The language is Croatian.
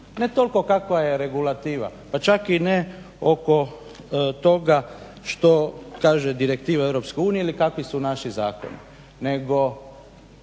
Ne toliko kakva je regulativa, pa čak i ne oko toga što kaže direktiva Europske unije ili kakvi su naši zakoni